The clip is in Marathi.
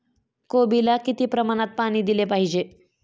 कोबीला किती प्रमाणात पाणी दिले पाहिजे?